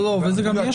לא, זה מדורג.